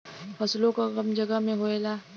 फसलो कम जगह मे होएला